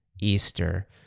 Easter